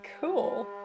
Cool